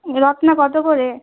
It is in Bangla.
রত্না কত করে